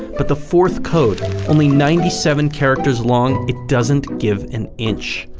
but, the fourth code only ninety seven characters long, it doesn't give an inch.